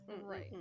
Right